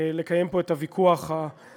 לקיים פה את הוויכוח המדיני-ביטחוני,